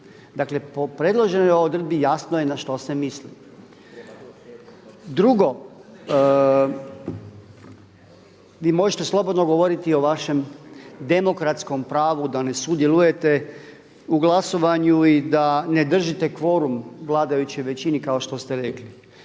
dakle po predloženoj odredbi jasno je na šta se misli. Drugo, vi možete slobodno govoriti o vašem demokratskom pravu da ne sudjelujete u glasovanju i da ne držite kvorum vladajućoj većini kao što ste rekli.